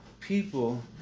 people